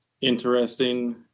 interesting